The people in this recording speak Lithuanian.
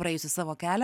praėjusi savo kelią